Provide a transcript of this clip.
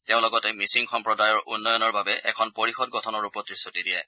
তেওঁ লগতে মিছিং সম্প্ৰদায়ৰ উন্নয়নৰ বাবে এখন পৰিষদ গঠনৰো প্ৰতিশ্ৰুতি দিয়ে